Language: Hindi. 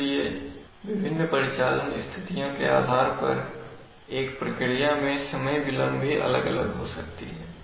इसलिए अब विभिन्न परिचालन स्थितियों के आधार पर एक प्रक्रिया में समय विलंब भी अलग अलग हो सकती है